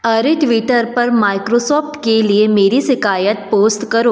अरे ट्विटर पर माइक्रोसॉफ्ट के लिए मेरी शिकायत पोस्ट करो